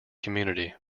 community